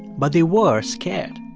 but they were scared,